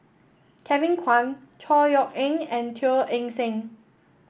Kevin Kwan Chor Yeok Eng and Teo Eng Seng